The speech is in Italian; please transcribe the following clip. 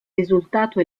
risultato